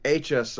HSI